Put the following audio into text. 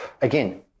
again